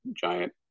giant